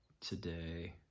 today